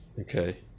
Okay